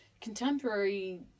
contemporary